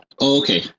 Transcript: okay